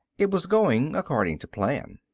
it was going according to plan.